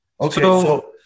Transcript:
Okay